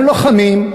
הם לוחמים,